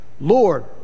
Lord